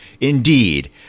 indeed